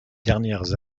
dernières